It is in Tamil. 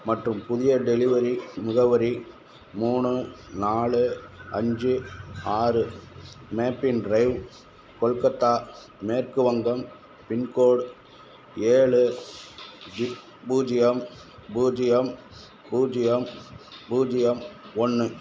மற்றும் புதிய டெலிவரி முகவரி மூணு நாலு அஞ்சு ஆறு மேப்பின் ட்ரைவ் கொல்கத்தா மேற்கு வங்கம் பின்கோடு ஏழு பூஜ்ஜியம் பூஜ்ஜியம் பூஜ்ஜியம் பூஜ்ஜியம் ஒன்று